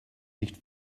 nicht